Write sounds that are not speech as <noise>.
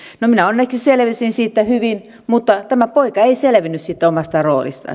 no minä onneksi selvisin siitä hyvin mutta tämä poika ei selvinnyt siitä omasta roolistaan <unintelligible>